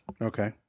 Okay